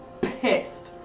pissed